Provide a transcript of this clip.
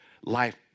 life